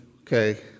okay